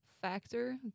factor